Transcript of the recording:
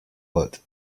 but